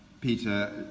Peter